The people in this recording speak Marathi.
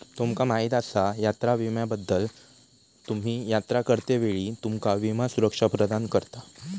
तुमका माहीत आसा यात्रा विम्याबद्दल?, तुम्ही यात्रा करतेवेळी तुमका विमा सुरक्षा प्रदान करता